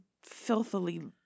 filthily